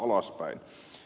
alaspäin